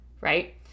Right